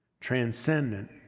transcendent